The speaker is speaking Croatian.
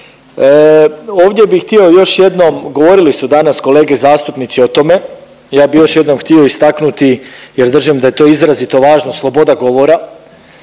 Ovdje bih htio još jednom, govorili su danas kolege zastupnici o tome, ja bi još jednom htio istaknuti jer držim da je to izrazito važno sloboda govora.